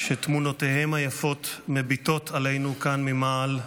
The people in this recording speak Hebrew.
שתמונותיהם היפות מביטות עלינו כאן ממעל,